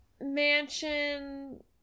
mansion